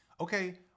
okay